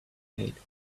wait